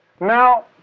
Now